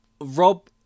Rob